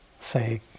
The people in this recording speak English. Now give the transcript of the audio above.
Say